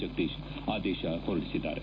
ಜಗದೀಶ್ ಆದೇಶ ಹೊರಡಿಸಿದ್ದಾರೆ